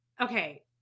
Okay